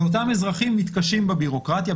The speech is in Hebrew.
אותם אזרחים מתקשים בבירוקרטיה,